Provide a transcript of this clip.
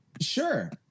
Sure